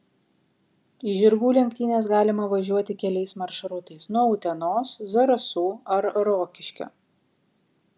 į žirgų lenktynes galima važiuoti keliais maršrutais nuo utenos zarasų ar rokiškio